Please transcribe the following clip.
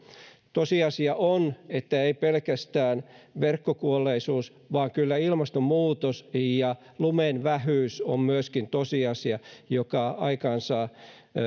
tosiasia on että ei pelkästään verkkokuolleisuus vaan kyllä ilmastonmuutos ja lumen vähyys ovat myöskin tosiasia joka aikaansaa